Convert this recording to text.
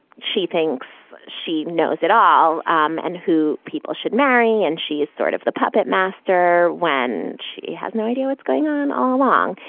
she thinks she knows it all um and who people should marry, and she is sort of the puppet master when she has no idea what's going on all along.